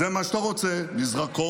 זה מה שאתה רוצה: מזרקות,